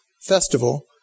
festival